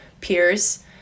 peers